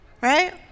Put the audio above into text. Right